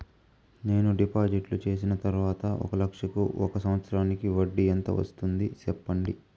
నేను డిపాజిట్లు చేసిన తర్వాత ఒక లక్ష కు ఒక సంవత్సరానికి వడ్డీ ఎంత వస్తుంది? సెప్పండి?